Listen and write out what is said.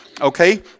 Okay